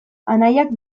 anaiak